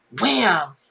wham